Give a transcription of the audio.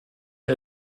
ihr